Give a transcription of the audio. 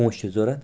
پۅنٛسہٕ چھِ ضروٗرت